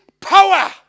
power